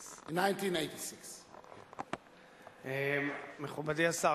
It was 1986. מכובדי השר,